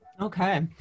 Okay